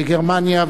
בגרמניה,